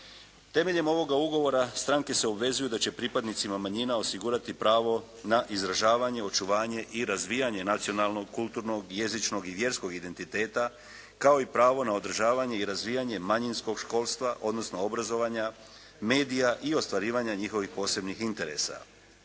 Temeljem ovoga Ugovora stranke se obvezuju da će pripadnicima manjina osigurati pravo na izražavanje, očuvanje i razvijanje, nacionalnog, kulturnog, jezičnog i vjerskog identiteta, kao i pravo na održavanje i razvijanje manjinskog školstva, odnosno obrazovanja, medija i ostvarivanja njihovih posebnih interesa.